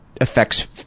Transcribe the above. affects